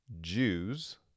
Jews